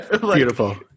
Beautiful